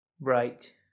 right